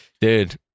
Dude